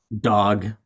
Dog